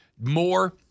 more